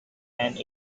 and